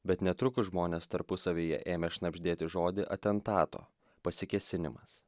bet netrukus žmonės tarpusavyje ėmė šnabždėti žodį atentato pasikėsinimas